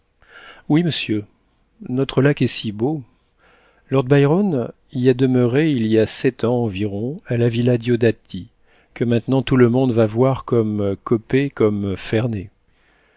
oui monsieur notre lac est si beau lord byron y a demeuré il y a sept ans environ à la villa diodati que maintenant tout le monde va voir comme coppet comme